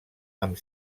amb